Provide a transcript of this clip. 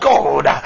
God